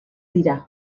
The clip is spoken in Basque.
dira